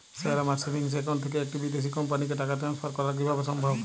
Sir আমার savings account থেকে একটি বিদেশি কোম্পানিকে টাকা ট্রান্সফার করা কীভাবে সম্ভব?